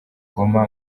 goma